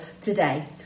today